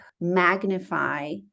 magnify